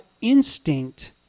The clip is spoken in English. instinct